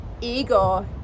ego